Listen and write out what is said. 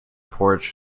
porch